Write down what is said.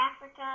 Africa